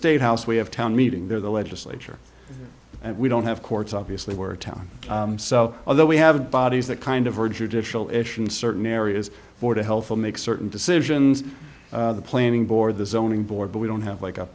state house we have town meeting there the legislature and we don't have courts obviously were town so although we have bodies that kind of are judicial certain areas for the health of make certain decisions the planning board the zoning board but we don't have like a